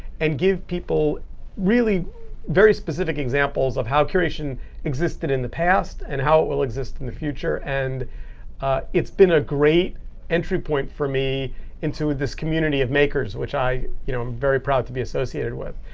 and give people really very specific examples of how curation existed in the past and how it will exist in the future. and it's been a great entry point for me into this community of makers, which i you know am very proud to be associated with.